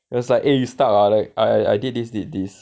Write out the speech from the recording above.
he was like eh you stuck ah like I I did this did this